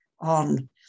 on